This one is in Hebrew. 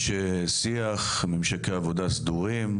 יש שיח, ממשקי עבודה סדורים.